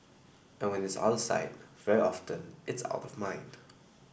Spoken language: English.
and when it's out sight very often it's out of mind